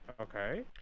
Okay